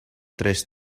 tres